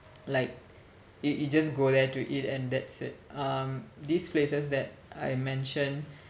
like you you just go there to eat and that's it um these places that I mentioned